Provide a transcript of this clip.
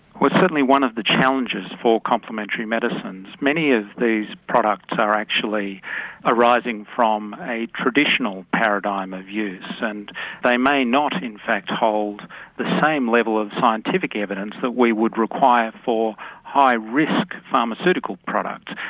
well it's certainly one of the challenges for complementary medicines. many of these products are actually arising from a traditional paradigm of use and they may not in fact hold the same level of scientific evidence that we would require for high risk pharmaceutical products.